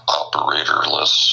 operatorless